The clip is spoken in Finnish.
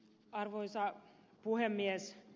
arvoisa puhemies